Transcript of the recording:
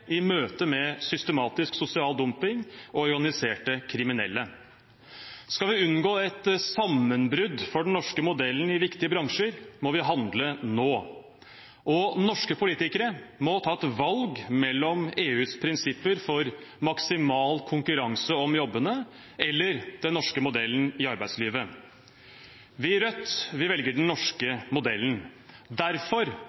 i møte med systematisk sosial dumping og organiserte kriminelle. Skal vi unngå et sammenbrudd for den norske modellen i viktige bransjer, må vi handle nå. Norske politikere må ta et valg: EUs prinsipper for maksimal konkurranse om jobbene eller den norske modellen i arbeidslivet. Vi i Rødt velger den